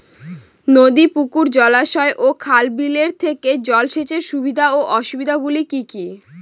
নদী পুকুর জলাশয় ও খাল বিলের থেকে জল সেচের সুবিধা ও অসুবিধা গুলি কি কি?